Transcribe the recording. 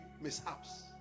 mishaps